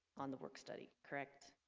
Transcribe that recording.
on the work study, correct?